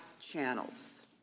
channels